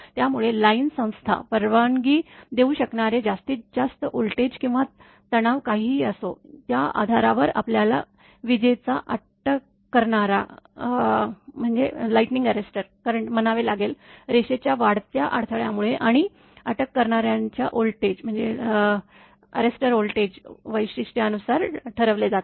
त्यामुळे लाईन संस्था परवानगी देऊ शकणारे जास्तीत जास्त व्होल्टेज किंवा तणाव काहीही असो त्या आधारावर आपल्याला विजेचा अटक करणारा करंट म्हणावे लागेल रेषेच्या वाढत्या अडथळ्यामुळे आणि अटक करणाऱ्याच्या व्होल्टेज वैशिष्ट्यानुसार ठरवले जाते